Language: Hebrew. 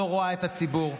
לא רואה את הציבור,